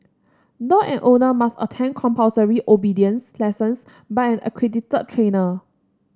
dog and owner must attend compulsory obedience lessons by an accredited trainer